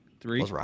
Three